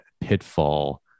pitfall